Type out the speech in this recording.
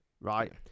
right